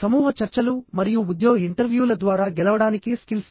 సమూహ చర్చలు మరియు ఉద్యోగ ఇంటర్వ్యూల ద్వారా గెలవడానికి స్కిల్స్